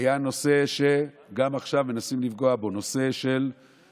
היה הנושא שגם עכשיו מנסים לפגוע בו: הנושא שגירושים